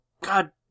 god